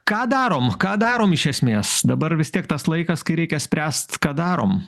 ką darom ką darom iš esmės dabar vis tiek tas laikas kai reikia spręst ką darom